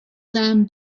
sam